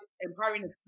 empowering